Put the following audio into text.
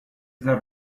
that